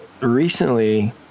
recently